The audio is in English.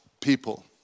people